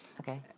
Okay